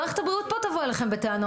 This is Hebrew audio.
מערכת הבריאות פה תבוא אליכם בטענות.